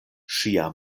ŝia